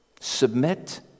Submit